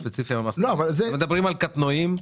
הם מדברים בעיקר על קטנועים.